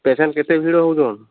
patient କେତେ ଭିଡ଼୍ ହଉଚନ୍